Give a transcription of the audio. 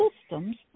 systems